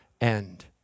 end